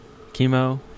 Chemo